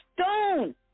stone